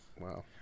Wow